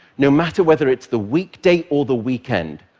no matter whether it's the weekday or the weekend.